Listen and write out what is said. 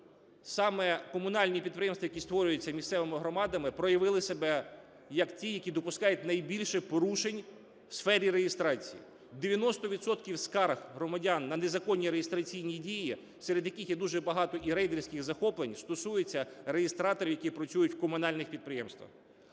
саме комунальні підприємства, які створюються місцевими громадами, проявили себе як ті, які допускають найбільше порушень в сфері реєстрації. 90 відсотків скарг громадян на незаконні реєстраційні дії, серед яких є дуже багато і рейдерських захоплень, стосуються реєстраторів, які працюють в комунальних підприємствах.